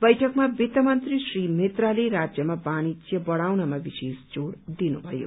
बैठकमा वित्त मन्त्री श्री मित्राले राज्यमा वाणिज्य बढ़ाउनमा विशेष जोड़ दिनुभएको